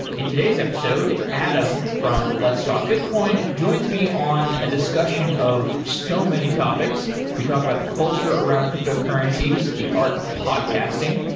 in today's episode, adam from let's talk bitcoin joins me on a discussion of so many topics. we talked about the culture around cryptocurrencies, the art of podcasting,